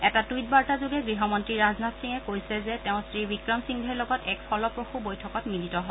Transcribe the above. এটা টুইটবাৰ্তাযোগে গৃহমন্ত্ৰী ৰাজনাথ সিঙে কৈছে যে তেওঁ শ্ৰী ৱিক্ৰমসিংঘেৰ লগত এক ফলপ্ৰসূ বৈঠকত মিলিত হয়